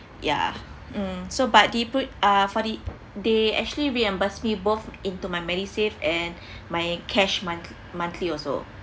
yeah mm so but they put uh forty they actually reimbursed me both into my medisave and my cash month monthly also